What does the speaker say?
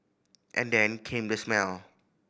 and then came the smell